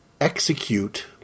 execute